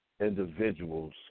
individuals